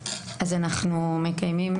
אז אנחנו מקיימים